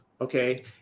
okay